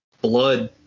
blood